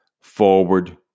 forward